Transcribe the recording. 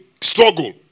struggle